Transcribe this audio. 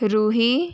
Ruhi